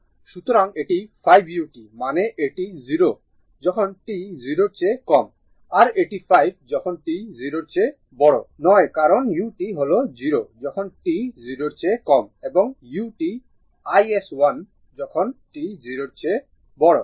সুতরাং এটি 5 u মানে এটি 0 যখন t 0 এর চেয়ে কম আর এটি 5 যখন t 0 এর চেয়ে বড় নয় কারণ u হল 0 যখন t 0 এর চেয়ে কম এবং u iS1 যখন t 0 এর চেয়ে বড়